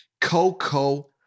Coco